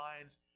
lines